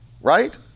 Right